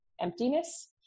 emptiness